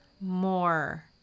more